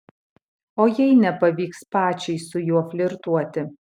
o jei nepavyks pačiai su juo flirtuoti